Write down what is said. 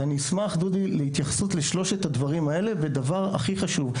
אז אני אשמח דודי להתייחסות לשלושת הדברים האלה ודבר הכי חשוב,